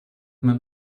man